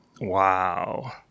Wow